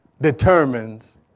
determines